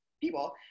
people